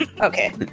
Okay